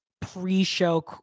pre-show